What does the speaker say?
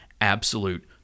absolute